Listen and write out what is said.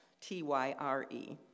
T-Y-R-E